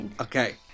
okay